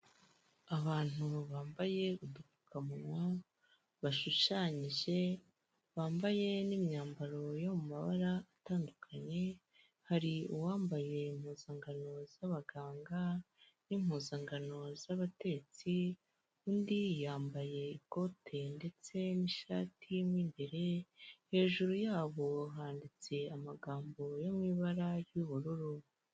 Abantu bambaye udupfukamunwa bashushanyije bambaye n'imyambaro yo mu mabara atandukanye, hari uwambaye impuzangano z'abaganga n'impuzangano z'abatetsi, undi yambaye ikote ndetse n'ishati mo imbere hejuru yabo handitse amagambo yo mu ibara ry'ubururu.